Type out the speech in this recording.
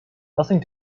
nothing